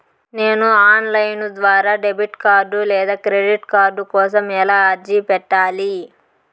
నేను online ద్వారా debit card లేదా క్రెడిట్ కార్డు కోసం ఎలా అర్జీ పెట్టాలి?